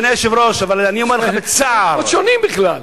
מקומות שונים בכלל.